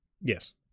Yes